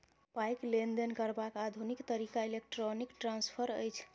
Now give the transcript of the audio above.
पाइक लेन देन करबाक आधुनिक तरीका इलेक्ट्रौनिक ट्रांस्फर अछि